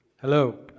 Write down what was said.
Hello